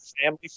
family